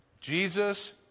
Jesus